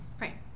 Right